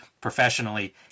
professionally